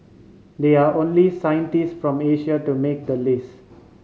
they are only scientist from Asia to make the list